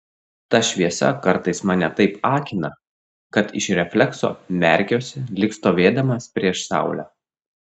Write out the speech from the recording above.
ta šviesa kartais mane taip akina kad iš reflekso merkiuosi lyg stovėdamas prieš saulę